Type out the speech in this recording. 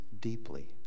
deeply